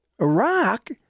Iraq